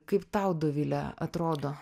kaip tau dovile atrodo